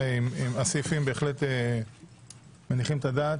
הסעיפים בהחלט מניחים את הדעת.